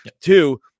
Two